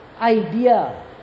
idea